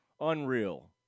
unreal